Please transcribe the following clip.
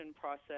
process